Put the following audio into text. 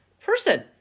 person